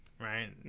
Right